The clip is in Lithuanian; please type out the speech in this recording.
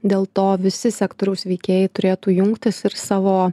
dėl to visi sektoriaus veikėjai turėtų jungtis ir savo